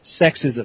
sexism